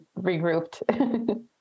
regrouped